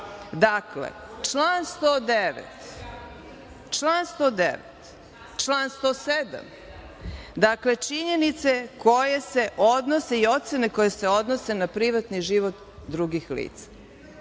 Dakle, član 109, član 107. Dakle, činjenice koje se odnose i ocene koje se odnose na privatni život drugih lica.